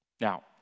Now